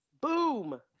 Boom